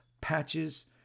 patches